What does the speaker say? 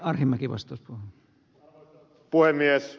se on totta